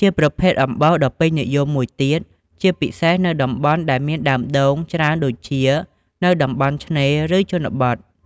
ជាប្រភេទអំបោសដ៏ពេញនិយមមួយទៀត ជាពិសេសនៅតំបន់ដែលមានដើមដូងច្រើនដូចជានៅតំបន់ឆ្នេរ ឬជនបទ។